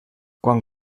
quan